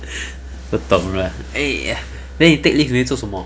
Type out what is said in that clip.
不懂 lah eh then you take leave 你会做什么